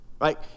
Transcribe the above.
right